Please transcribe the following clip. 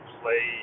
play